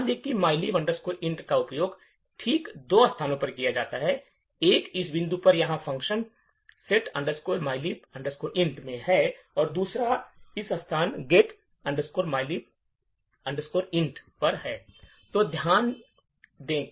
ध्यान दें कि एक mylib int का उपयोग ठीक दो स्थानों पर किया जाता है एक इस बिंदु पर यहाँ फ़ंक्शन set mylib int में और दूसरा एक इस स्थान get mylib int पर है